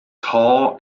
tall